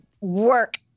work